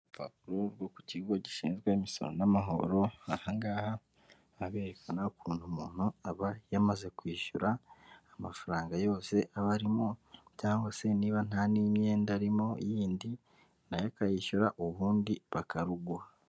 Urupapuro rwo ku kigo gishinzwe imisoro n'amahoro, aha ngaha baba berekana ukuntu umuntu aba yamaze kwishyura amafaranga yose abamo, cyangwa se niba nta n'imyenda irimo yindi, nayo akayishyura ubundi bakaruguha.